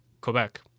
Quebec